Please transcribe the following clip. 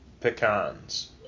pecans